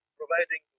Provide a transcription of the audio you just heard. providing